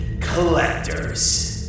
Collectors